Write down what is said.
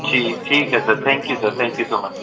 ਠੀਕ ਠੀਕ ਹੈ sir thank you sir thank you so much